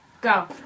go